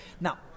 Now